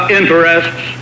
interests